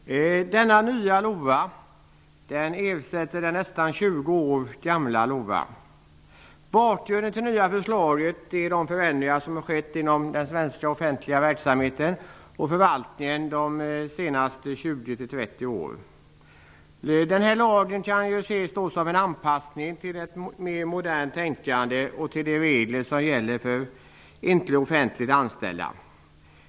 Herr talman! Det nya förslaget till LOA ersätter den nästan 20 år gamla LOA. Bakgrunden till det nya förslaget är de förändringar som har skett inom den svenska offentliga verksamheten och förvaltningen de senaste 20--30 åren. Denna lag kan ses som en anpassning till ett mer modernt tänkande och de regler som gäller för ickeoffentligt anställda.